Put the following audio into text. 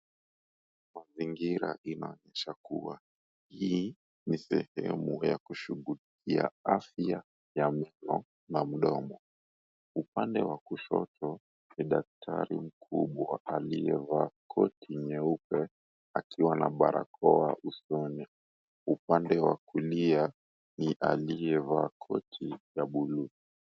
Mazingira yanaonyesha kuwa hii ni sehemu ya kushughulikia afya ya midomo na mdomo. Upande wa kushoto ni daktari mkubwa aliyevaa koti nyeupe akiwa na barakoa usoni. Upande wa kulia ni aliyevaa koti ya buluu.